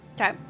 Okay